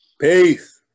Peace